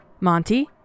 Monty